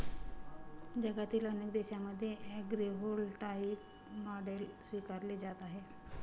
जगातील अनेक देशांमध्ये ॲग्रीव्होल्टाईक मॉडेल स्वीकारली जात आहे